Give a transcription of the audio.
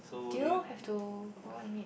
do you all have to go and meet